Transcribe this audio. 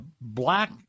black